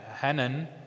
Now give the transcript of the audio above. Hanan